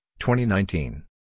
2019